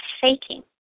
faking